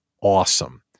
awesome